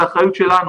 זו אחריות שלנו.